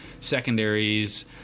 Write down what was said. secondaries